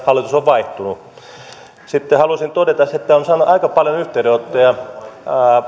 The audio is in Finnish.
hallitus on vaihtunut sitten haluaisin todeta että olen saanut aika paljon yhteydenottoja